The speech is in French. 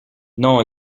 non